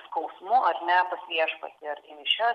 skausmu ar ne pas viešpatį ar į mišias